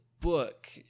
book